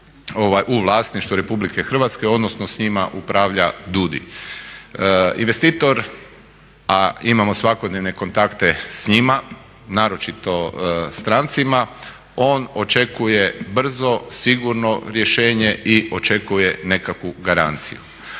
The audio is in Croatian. u vlasništvu Republike Hrvatske odnosno sa njima upravlja DUDI. Investitor, a imamo svakodnevne kontakte s njima, naročito strancima, on očekuje brzo, sigurno rješenje i očekuje nekakvu garanciju.